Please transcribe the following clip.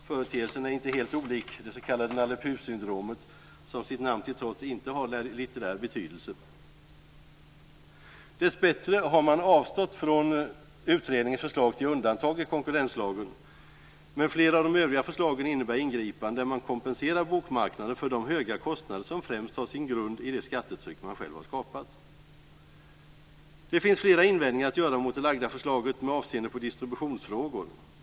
Företeelsen är inte helt olik det s.k. Nalle Puh-syndromet som sitt namn till trots inte har en litterär betydelse. Dessbättre har man avstått från utredningens förslag till undantag i konkurrenslagen, men flera av de övriga förslagen innebär ingripanden där man kompenserar bokmarknaden för de höga kostnader som främst har sin grund i det skattetryck som man själv har skapat. Det finns flera invändningar att göra mot det framlagda förslaget med avseende på distributionsfrågor.